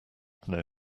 know